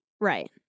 right